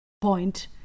point